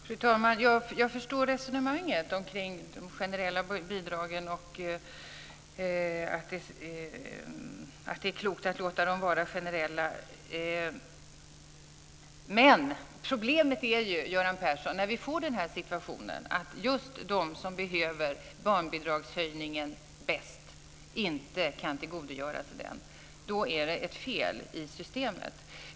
Fru talman! Jag förstår resonemanget omkring de generella bidragen, att det är klokt att låta dem vara generella, men, Göran Persson, det är ett fel i systemet när just de som mest behöver barnbidragshöjningen inte kan tillgodogöra sig den.